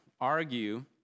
argue